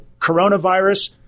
coronavirus